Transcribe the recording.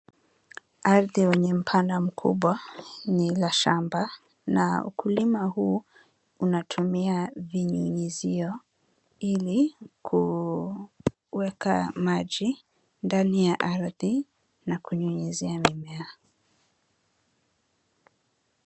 Ardhi yenye mpana mkubwa ni la shamba na ukulima huu unatumia vinyunyizio ili kuweka maji ndani ya ardhi na kunyunyizia mimea.